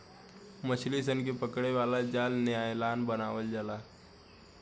मछली सन के पकड़े वाला जाल नायलॉन बनावल जाला